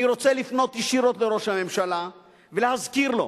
אני רוצה לפנות ישירות לראש הממשלה ולהזכיר לו: